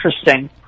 interesting